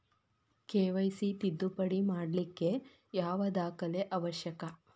KYC ತಿದ್ದುಪಡಿ ಮಾಡ್ಲಿಕ್ಕೆ ಯಾವ ದಾಖಲೆ ಅವಶ್ಯಕ?